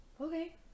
Okay